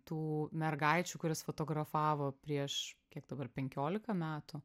tų mergaičių kurias fotografavo prieš kiek dabar penkiolika metų